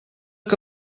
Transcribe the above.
que